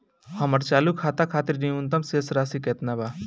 हमर चालू खाता खातिर न्यूनतम शेष राशि केतना बा?